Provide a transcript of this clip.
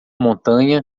montanha